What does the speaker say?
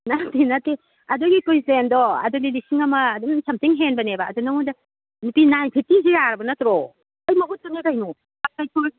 ꯅꯠꯇꯦ ꯅꯠꯇꯦ ꯑꯗꯨꯒꯤ ꯀꯨꯏꯆꯦꯟꯗꯣ ꯑꯗꯨꯗꯤ ꯂꯤꯁꯤꯡ ꯑꯃ ꯑꯗꯨꯝ ꯁꯝꯊꯤꯡ ꯍꯦꯟꯕꯅꯦꯕ ꯑꯗꯨ ꯅꯉꯣꯟꯗ ꯅꯥꯏꯟ ꯐꯤꯐꯇꯤꯁꯦ ꯌꯥꯔꯕ ꯅꯠꯇ꯭ꯔꯣ ꯑꯗꯨꯝ ꯃꯍꯨꯠꯇꯨꯅꯦ ꯀꯩꯅꯣ